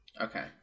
Okay